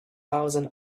thousand